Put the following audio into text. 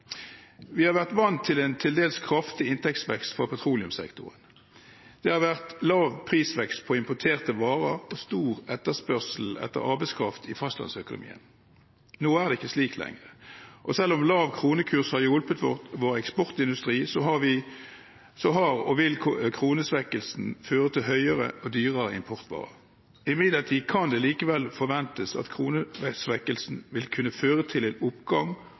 Vi har vært vant til en til dels kraftig inntektsvekst fra petroleumssektoren. Det har vært lav prisvekst på importerte varer og stor etterspørsel etter arbeidskraft i fastlandsøkonomien. Nå er det ikke slik lenger. Selv om lav kronekurs har hjulpet vår eksportindustri, har og vil kronesvekkelsen føre til høyere og dyrere importvarer. Imidlertid kan det likevel forventes at kronesvekkelsen vil kunne føre til en oppgang